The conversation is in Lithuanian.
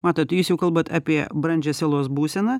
matot jūs jau kalbate apie brandžią sielos būseną